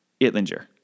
Itlinger